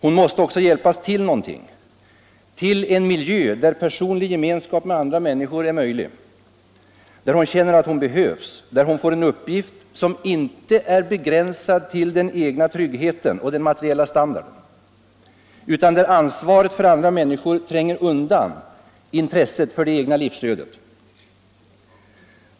Hon måste också hjälpas till någonting, till en miljö där personlig gemenskap med andra människor blir möjlig, där hon känner att hon behövs, där hon får en uppgift som inte är begränsad till den egna tryggheten och den materiella standarden utan där ansvaret för andra människor tränger undan intresset för det egna livsödet.